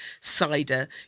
cider